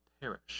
perish